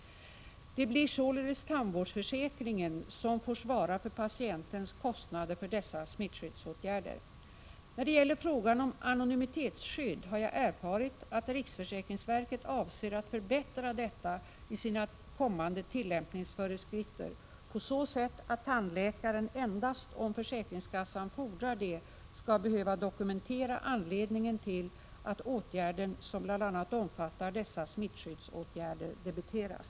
Det blir således tandvårdsförsäkringen som får svara för patientens kostnader för dessa smittskyddsåtgärder. När det gäller frågan om anonymitetsskydd har jag erfarit att riksförsäk — Prot. 1986/87:49 ringsverket avser att förbättra detta i sina kommande tillämpningsföreskrif 15 december 1986 ter på så sätt att tandläkaren endast om försäkringskassan fordrar det skall behöva dokumentera anledningen till att åtgärden, som bl.a. omfattar dessa smittskyddsinsatser, debiteras.